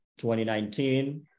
2019